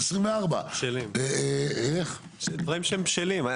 זה דברים שהם בשלים.